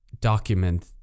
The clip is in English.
document